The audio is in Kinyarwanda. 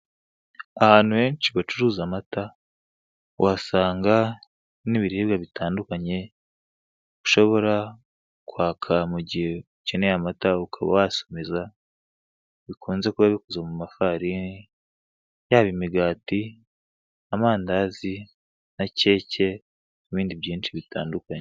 Ahantu henshi bacuruza amata uhasanga n'ibiribwa bitandukanye, ushobora kwaka mu gihe ukeneye amata ukaba wasomeza, bikunze kuba bikoze mu mafarini, yaba imigati, amandazi, na keke, n'ibindi byinshi bitandukanye.